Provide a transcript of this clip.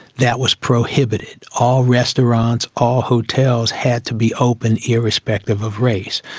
that was prohibited. all restaurants, all hotels had to be open, irrespective of race.